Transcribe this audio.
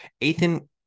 Ethan